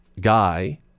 guy